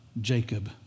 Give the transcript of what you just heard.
Jacob